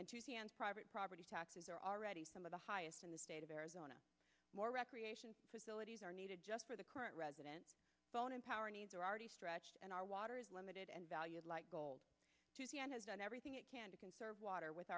and private property taxes are already some of the highest in the state of arizona more recreation facilities are needed just for the current residents bonin power needs are already stretched and our water is limited and valued like gold to see and has done everything it can to conserve water with